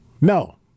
No